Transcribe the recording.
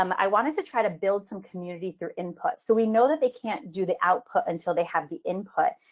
um i wanted to try to build some community through input so we know that they can't do the output until they have the input.